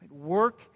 Work